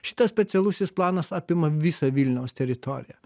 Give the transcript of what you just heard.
šitas specialusis planas apima visą vilniaus teritoriją